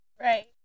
Right